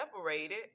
separated